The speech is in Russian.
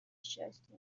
счастье